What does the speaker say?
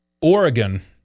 Oregon